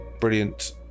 brilliant